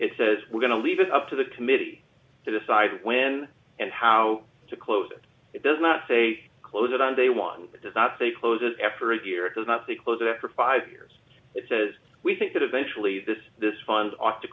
it says we're going to leave it up to the committee to decide when and how to close it it does not say close it on day one does not say closes after a year has nothing close after five years it says we think that eventually this this fund ought to